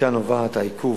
מכאן נובע העיכוב,